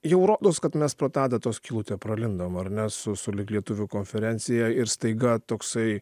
jau rodos kad mes pro tą adatos skylutę pralindom ar ne su sulig lietuvių konferencija ir staiga toksai